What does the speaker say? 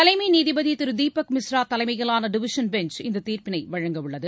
தலைமை நீதிபதி திரு தீபக் மிஸ்ரா தலைமையிலான டிவிஷன் பெஞ்ச் இந்தத் தீர்ப்பினை வழங்க உள்ளது